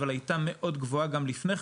אבל הייתה מאוד גבוהה גם לפני כן.